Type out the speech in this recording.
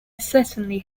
certainly